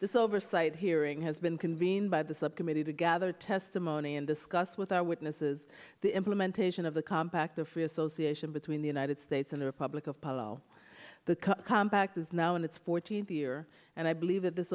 this oversight hearing has been convened by the subcommittee to gather testimony and discuss with our witnesses the implementation of the compact of free association between the united states and the republic of palau the compact is now in its fourteenth year and i believe that this